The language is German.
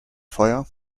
feuer